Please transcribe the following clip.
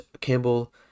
Campbell